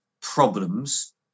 problems